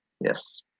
yes